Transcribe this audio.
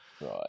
Right